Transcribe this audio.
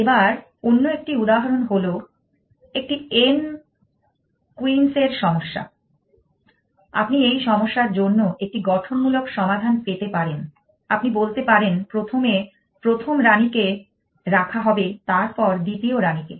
এবার অন্য একটি উদাহরণ হল একটি n কুইন্স এর সমস্যা আপনি এই সমস্যার জন্য একটি গঠনমূলক সমাধান পেতে পারেন আপনি বলতে পারেন প্রথমে প্রথম রানীকে রাখা হবে তারপর দ্বিতীয় রানীকে